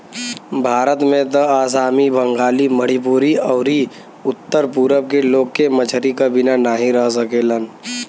भारत में त आसामी, बंगाली, मणिपुरी अउरी उत्तर पूरब के लोग के मछरी क बिना नाही रह सकेलन